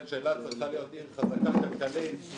אילת צריכה להיות עיר חזקה כלכלית.